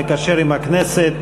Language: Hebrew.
המקשר עם הכנסת,